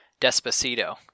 Despacito